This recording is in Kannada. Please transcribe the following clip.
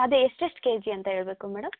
ಅದೇ ಎಷ್ಟು ಎಷ್ಟು ಕೆ ಜಿ ಅಂತ ಹೇಳ್ಬೇಕು ಮೇಡಮ್